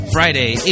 Friday